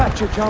to